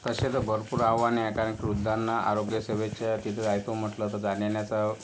तसे तर भरपूर आव्हाने आहे कारण की वृद्धांना आरोग्यसेवेच्या तिथे जायचं म्हटलं तर जाण्यायेण्याचा